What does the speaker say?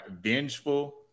vengeful